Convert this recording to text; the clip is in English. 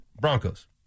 Broncos